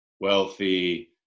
wealthy